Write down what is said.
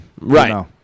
Right